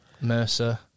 Mercer